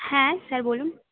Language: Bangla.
হ্যাঁ স্যার বলুন